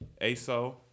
ASO